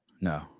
No